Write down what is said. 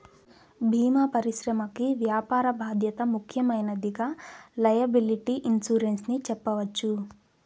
భీమా పరిశ్రమకి వ్యాపార బాధ్యత ముఖ్యమైనదిగా లైయబిలిటీ ఇన్సురెన్స్ ని చెప్పవచ్చు